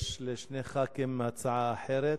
יש לשני חברי כנסת הצעה אחרת,